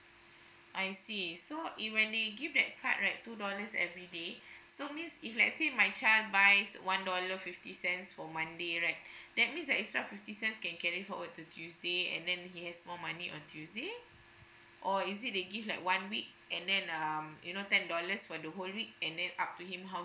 I see so it when they give that card right two dollars everyday so means if let's say my child buys one dollar fifty cents for one day right that means the extra fifty cents can carry forward to tuesday and then he has more money on tuesday or is it they give like one week and then um you know ten dollars for the whole week and then up to him how